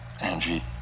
Angie